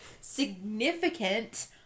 significant